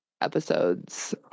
episodes